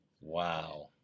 wow